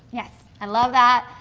yes, i love that.